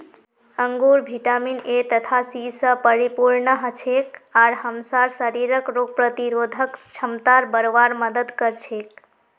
अंगूर vitamin A तथा C स परिपूर्ण हछेक आर हमसार शरीरक रोग प्रतिरोधक क्षमताक बढ़वार मदद कर छेक